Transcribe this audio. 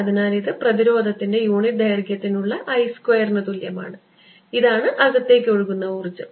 അതിനാൽ ഇത് പ്രതിരോധത്തിൻ്റെ യൂണിറ്റ് ദൈർഘ്യത്തിലുള്ള I സ്ക്വയറിന് തുല്യമാണ് ഇതാണ് അകത്തേക്ക് ഒഴുകുന്ന ഊർജ്ജം